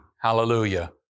hallelujah